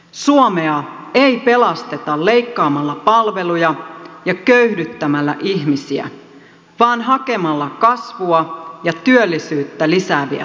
suomea ei pelasteta leikkaamalla palveluja ja köyhdyttämällä ihmisiä vaan hakemalla kasvua ja työllisyyttä lisääviä toimia